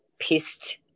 pissed